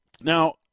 Now